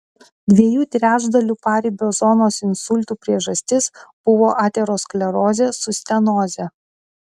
dviejų trečdalių paribio zonos insultų priežastis buvo aterosklerozė su stenoze